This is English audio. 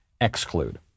exclude